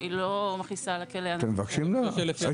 אתם מבקשים ממנה?